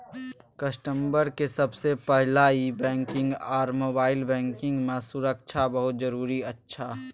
customer के सबसे पहला ई बैंकिंग आर मोबाइल बैंकिंग मां सुरक्षा बहुत जरूरी अच्छा